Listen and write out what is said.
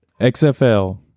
xfl